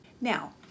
now